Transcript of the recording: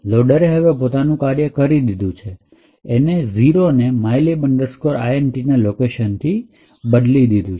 loader એ હવે પોતાનું કાર્ય કરી દીધું છે એને ૦ ને mylib int ના લોકેશન થી બદલી દીધું છે